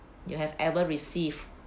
you have ever received